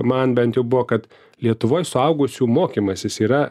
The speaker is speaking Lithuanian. man bent jau buvo kad lietuvoj suaugusių mokymasis yra